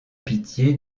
pitié